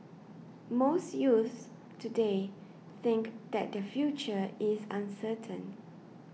most youths today think that their future is uncertain